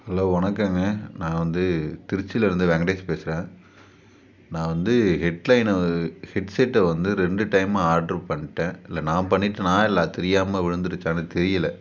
hello வணக்கம்ங்க நான் வந்து திருச்சியிலேருந்து வெங்கடேஷ் பேசுகிறேன் நான் வந்து ஹெட்லைனு ஹெட்செட்டை வந்து ரெண்டு டைமாக ஆட்ரு பண்ணிட்டேன் இல்லை நான் பண்ணிட்டேனா இல்லை அது தெரியாமல் விழுந்துடுச்சானு தெரியல